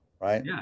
right